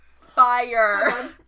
Fire